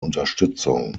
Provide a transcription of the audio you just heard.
unterstützung